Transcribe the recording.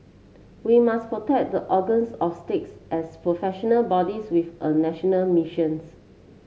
we must protect the organs of state as professional bodies with a national missions